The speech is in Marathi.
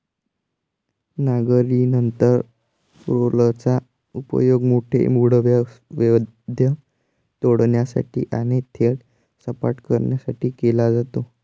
नांगरणीनंतर रोलरचा उपयोग मोठे मूळव्याध तोडण्यासाठी आणि शेत सपाट करण्यासाठी केला जातो